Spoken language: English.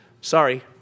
Sorry